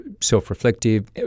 self-reflective